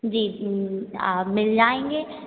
जी आ मिल जायेंगे